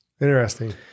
Interesting